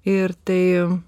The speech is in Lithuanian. ir tai